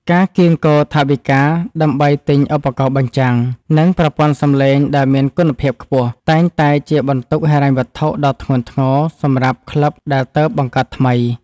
ការកៀងគរថវិកាដើម្បីទិញឧបករណ៍បញ្ចាំង និងប្រព័ន្ធសំឡេងដែលមានគុណភាពខ្ពស់ តែងតែជាបន្ទុកហិរញ្ញវត្ថុដ៏ធ្ងន់ធ្ងរសម្រាប់ក្លឹបដែលទើបបង្កើតថ្មី។